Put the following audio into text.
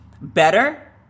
better